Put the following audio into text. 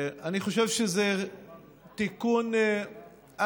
אני חושב שזה תיקון אנטי-חינוכי